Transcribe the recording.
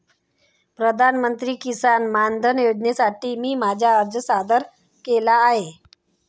प्रधानमंत्री किसान मानधन योजनेसाठी मी माझा अर्ज सादर केला आहे